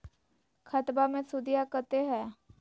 खतबा मे सुदीया कते हय?